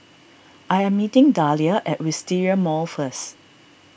I am meeting Dahlia at Wisteria Mall first